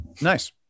Nice